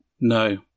No